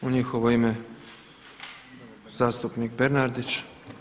U njihovo ime zastupnik Bernardić.